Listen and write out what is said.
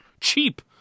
cheap